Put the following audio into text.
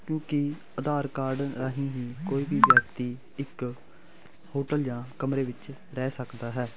ਕਿਉਂਕੀ ਆਧਾਰ ਕਾਰਡ ਰਾਹੀਂ ਹੀ ਕੋਈ ਵੀ ਵਿਅਕਤੀ ਇੱਕ ਹੋਟਲ ਜਾਂ ਕਮਰੇ ਵਿੱਚ ਰਹਿ ਸਕਦਾ ਹੈ